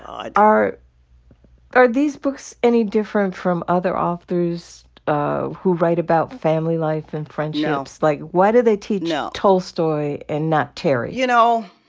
are are these books any different from other authors who write about family life and friendships? no like, why do they teach. no. tolstoy and not terry? you know,